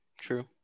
true